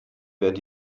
werden